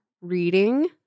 reading